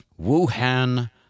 Wuhan